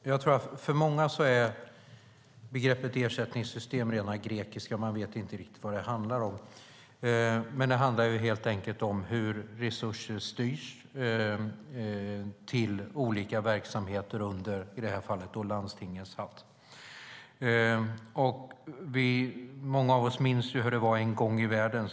Herr talman! Jag tror att för många är begreppet ersättningssystem rena grekiskan; man vet inte riktigt vad det handlar om. Men det handlar helt enkelt om hur resurser styrs till olika verksamheter under, i det här fallet, landstingets hatt. Många av oss minns hur det var en gång i tiden.